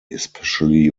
especially